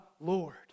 Lord